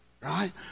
right